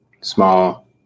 small